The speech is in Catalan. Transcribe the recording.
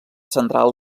central